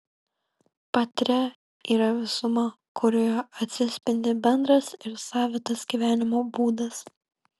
patria yra visuma kurioje atsispindi bendras ir savitas gyvenimo būdas